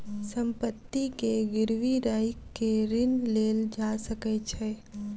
संपत्ति के गिरवी राइख के ऋण लेल जा सकै छै